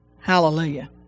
Hallelujah